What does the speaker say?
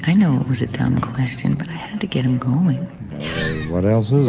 i knew it was a dumb question, but i had to get him going what else